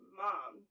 mom